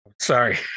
Sorry